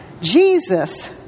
Jesus